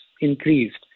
increased